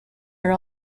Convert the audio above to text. are